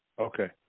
Okay